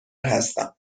هستم